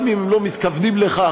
גם אם הם לא מתכוונים לכך,